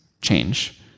change